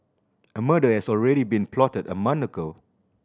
a murder had already been plotted a month ago